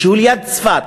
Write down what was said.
ליד צפת.